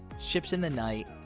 ships in the night,